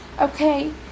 okay